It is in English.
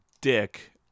dick